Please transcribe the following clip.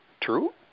True